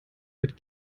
mit